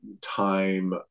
time